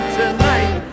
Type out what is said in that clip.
tonight